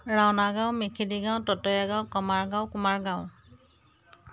ৰাওনা গাঁও মেকেনি গাঁও ততৰা গাঁও কমাৰ গাঁও কুমাৰ গাঁও